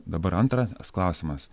dabar antra klausimas